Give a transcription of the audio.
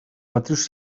matrius